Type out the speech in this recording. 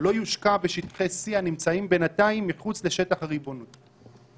לא יושקע בשטחי C הנמצאים בינתיים מחוץ לשטח הריבונות;